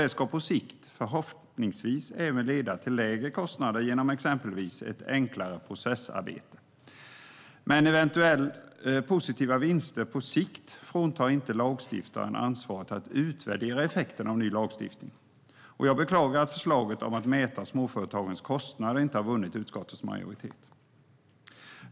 Det ska på sikt förhoppningsvis även leda till lägre kostnader genom exempelvis ett enklare processarbete. Men eventuella positiva vinster på sikt fråntar inte lagstiftaren ansvaret att utvärdera effekterna av ny lagstiftning. Jag beklagar att förslaget om att mäta småföretagens kostnader inte har vunnit utskottets majoritet.